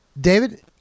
David